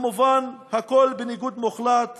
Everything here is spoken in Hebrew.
כמובן הכול בניגוד מוחלט